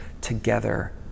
together